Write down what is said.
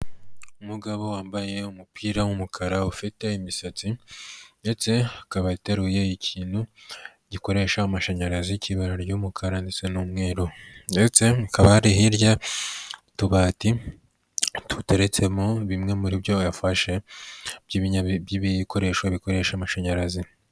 Umugabo wambaye umupira w'umukara ufite imisatsi ndetse akaba ateruye ikintu gikoresha amashanyarazi cy'ibara ry'umukara ndetse n'umweru ndetse hakaba hari hirya utubati duteretsemo bimwe muri byo yafashe by'ibikoresho bikoresha amashanyarazi.